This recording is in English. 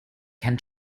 can